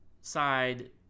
side